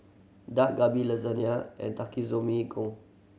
Dak Galbi Lasagne and Takikomi Gohan